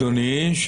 אדוני,